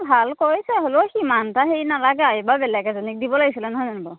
ভাল কৰিছে হ'লেও সিমান এটা হেৰি নালাগে আৰু এইবাৰ বেলেগ এজনীক দিব লাগিছিলে নহয় জানো বাৰু